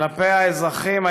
כלפי האזרחים,